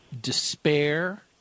despair